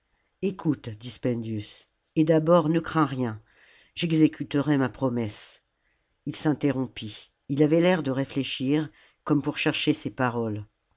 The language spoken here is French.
ecoute ditjspendius et d'abord ne crains rien j'exécuterai ma promesse il s'interrompit il avait l'air de réfléchir comme pour chercher ses paroles